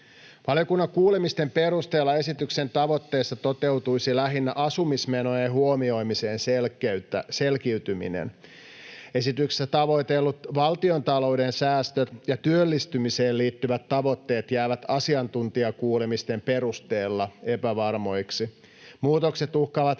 Valiokunnan kuulemisten perusteella esityksen tavoitteista toteutuisi lähinnä asumismenojen huomioimisen selkiytyminen. Esityksessä tavoitellut valtiontalouden säästöt ja työllistymiseen liittyvät tavoitteet jäävät asiantuntijakuulemisten perusteella epävarmoiksi. Muutokset uhkaavat